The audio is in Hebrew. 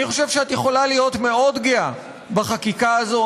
אני חושב שאת יכולה להיות גאה מאוד בחקיקה הזאת.